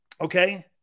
Okay